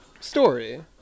story